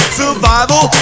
survival